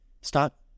stop